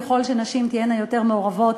ככל שנשים תהיינה יותר מעורבות